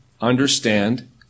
understand